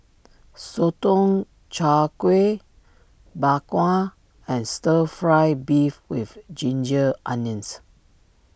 Sotong Char Kway Bak Kwa and Stir Fry Beef with Ginger Onions